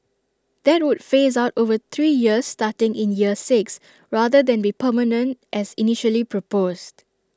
that would phase out over three years starting in year six rather than be permanent as initially proposed